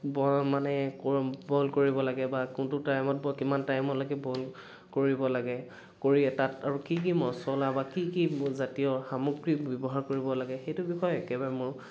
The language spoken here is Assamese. বই মানে ক বয়ল কৰিব লাগে বা কোনটো টাইমত কিমান টাইমলেকে বয়ল কৰিব লাগে কৰি তাত আৰু কি কি মচলা বা কি কি জাতীয় সামগ্ৰী ব্যৱহাৰ কৰিব লাগে সেইটো বিষয়ে একেবাৰে মোৰ